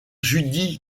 judy